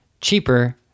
cheaper